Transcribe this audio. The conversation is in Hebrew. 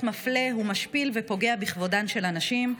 מפלה הוא משפיל ופוגע בכבודן של הנשים,